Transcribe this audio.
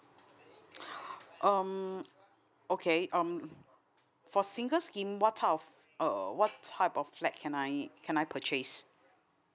um okay um for single scheme what type of uh what type of flat can I can I purchase